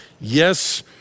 yes